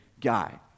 guy